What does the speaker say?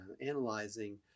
analyzing